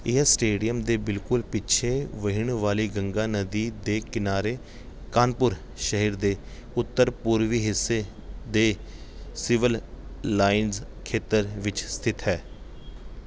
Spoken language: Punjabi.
ਇਹ ਸਟੇਡੀਅਮ ਦੇ ਬਿਲਕੁਲ ਪਿੱਛੇ ਵਹਿਣ ਵਾਲੀ ਗੰਗਾ ਨਦੀ ਦੇ ਕਿਨਾਰੇ ਕਾਨਪੁਰ ਸ਼ਹਿਰ ਦੇ ਉੱਤਰ ਪੂਰਬੀ ਹਿੱਸੇ ਦੇ ਸਿਵਲ ਲਾਈਨਜ਼ ਖੇਤਰ ਵਿੱਚ ਸਥਿਤ ਹੈ